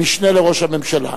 המשנה לראש הממשלה.